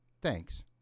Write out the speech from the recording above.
Thanks